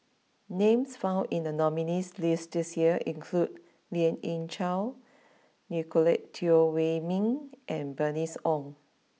names found in the nominees' list this year include Lien Ying Chow Nicolette Teo Wei Min and Bernice Ong